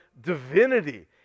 divinity